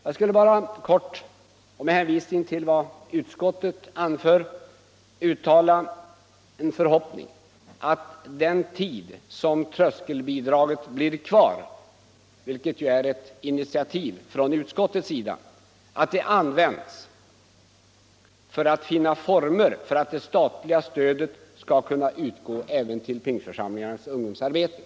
Jag skulle bara kort och med hänvisning till vad utskottet anfört vilja uttala en förhoppning att den tid tröskelbidraget blir kvar — vilket är ett initiativ från utskottets sida — används för att finna sådana former att det statliga stödet kan utgå även till Pingstförsamlingarnas ungdomsarbete.